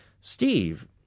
Steve